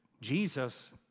Jesus